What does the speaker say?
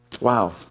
wow